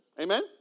Amen